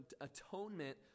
atonement